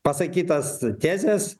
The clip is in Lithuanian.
pasakytas tezes